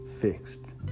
fixed